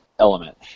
element